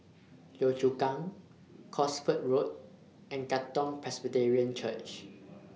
Yio Chu Kang Cosford Road and Katong Presbyterian Church